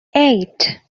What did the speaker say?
eight